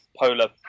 polar